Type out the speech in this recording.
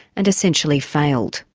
and essentially failed.